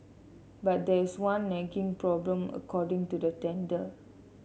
but there is one nagging problem according to the tender